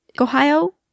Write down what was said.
Ohio